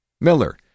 Miller